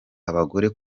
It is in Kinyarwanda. abagore